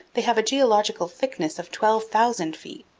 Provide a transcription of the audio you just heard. they have a geological thickness of twelve thousand feet.